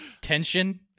tension